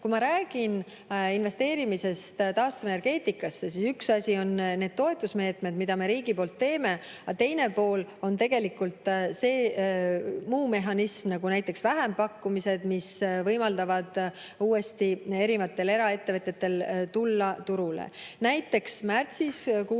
Kui ma räägin investeerimisest taastuvenergeetikasse, siis üks asi on toetusmeetmed, mida me riigi poolt teeme, aga teine pool on see muu mehhanism, nagu näiteks vähempakkumised, mis võimaldavad erinevatel eraettevõtjatel uuesti turule